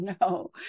no